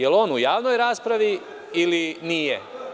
Da li je on u javnoj raspravi ili nije?